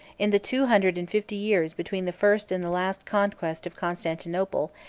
in the two hundred and fifty years between the first and the last conquest of constantinople,